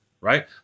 right